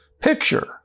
picture